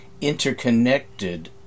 interconnected